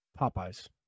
Popeye's